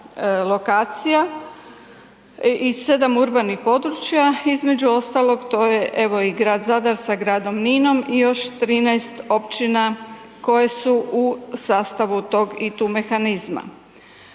lokacija i 7 urbanih područja. Između ostalog, to je, evo i grad Zadar sa gradom Ninom i još 13 općina koje su u sastavu tog ITU mehanizma.